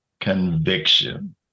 conviction